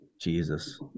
jesus